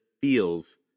feels